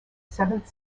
seventh